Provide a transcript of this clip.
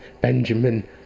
Benjamin